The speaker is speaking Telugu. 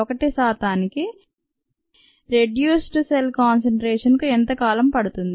1 శాతానికి రెడ్యూస్డ్ సెల్ కాన్సంట్రేషన్ కు ఎంత కాలం పడుతుంది